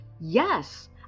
Yes